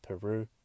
Peru